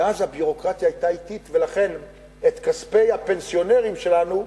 ואז הביורוקרטיה היתה אטית ולכן את כספי הפנסיונרים שלנו,